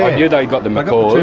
i knew they got the macaws.